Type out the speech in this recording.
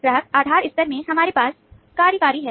ग्राहक आधार स्तर में हमारे पास कार्यकारी है